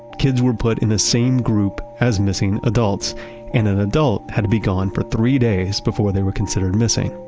kids were put in the same group as missing adults and an adult had to be gone for three days before they were considered missing.